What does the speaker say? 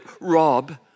Rob